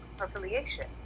affiliation